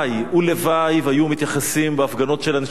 ולוואי שהיו מתייחסים בהפגנות של אנשי ימין